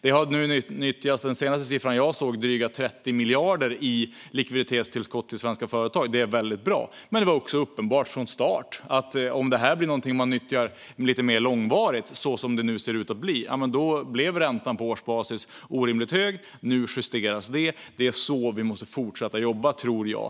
Den senaste siffran jag har sett visar att drygt 30 miljarder har nyttjats i likviditetstillskott till svenska företag. Det är bra. Men det var uppenbart från start att om detta kommer att nyttjas lite mer långvarigt - så som det nu ser ut att bli - kommer räntan på årsbasis att bli orimligt hög. Nu justeras det, och det är så vi måste fortsätta att jobba - tror jag.